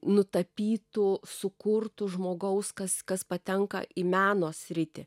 nutapytu sukurtu žmogaus kas kas patenka į meno sritį